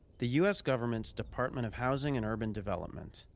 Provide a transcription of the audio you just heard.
the u s. government's department of housing and urban development.